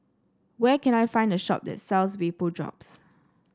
where can I find the shop that sells Vapodrops